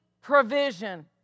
provision